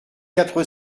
quatre